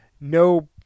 no